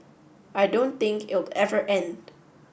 I don't think it'll ever end